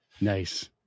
Nice